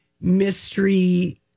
mystery